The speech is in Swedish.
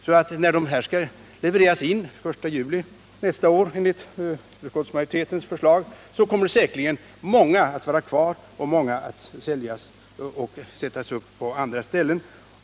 När automaterna skall vara försvunna den 1 juli nästa år, enligt utskottsmajoritetens förslag, så kommer säkerligen många att finnas kvar och många att säljas och sättas upp på andra ställen.